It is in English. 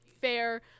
fair